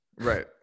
right